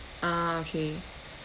ah okay